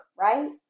right